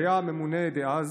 שהיה הממונה דאז,